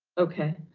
okay.